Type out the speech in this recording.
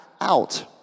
out